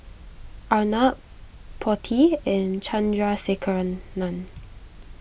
Arnab Potti and Chandrasekaran